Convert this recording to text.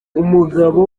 umugabo